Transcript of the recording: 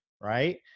right